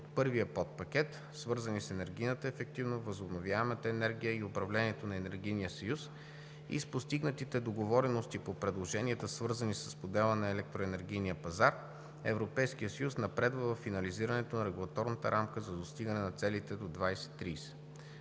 от първия подпакет, свързани с енергийната ефективност, възобновяемата енергия и управлението на Енергийния съюз, и с постигнатите договорености по предложенията, свързани с модела на електроенергийния пазар, Европейският съюз напредва във финализирането на регулаторната рамка за достигане на целите до 2030